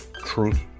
truth